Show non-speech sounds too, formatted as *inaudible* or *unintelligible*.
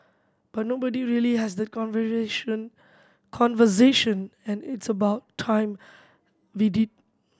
but nobody really has that *unintelligible* conversation and it's about time we did